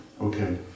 Okay